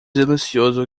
delicioso